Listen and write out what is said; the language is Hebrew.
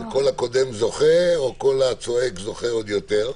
וכל הקודם זוכה, או כל הצועק זוכה יותר.